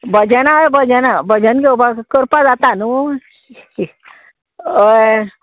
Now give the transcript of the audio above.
भजनां जाल्या भजनां भजन घेवपाक करपा जाता न्हू हय